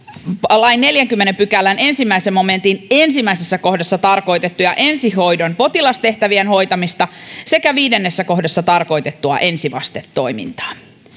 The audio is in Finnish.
lain neljännenkymmenennen pykälän ensimmäisen momentin ensimmäisessä kohdassa tarkoitettua ensihoidon potilastehtävien hoitamista sekä viidennessä kohdassa tarkoitettua ensivastetoimintaa